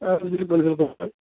اَہَن حظ بِلکُل بِلکُل